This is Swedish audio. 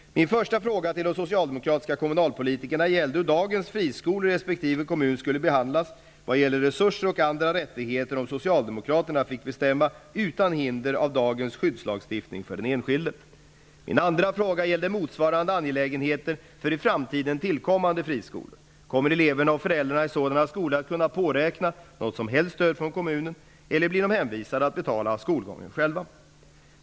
Min första fråga till de socialdemokratiska kommunalpolitikerna gällde hur dagens friskolor i respektive kommun skulle behandlas vad gäller resurser och andra rättigheter om Socialdemokraterna fick bestämma, utan hinder av dagens skyddslagstiftning för den enskilde. Min andra fråga gällde motsvarande angelägenheter för i framtiden tillkommande friskolor. Kommer eleverna och föräldrarna i sådana skolor att kunna påräkna något som helst stöd från kommunen, eller blir de hänvisade att betala skolgången själva?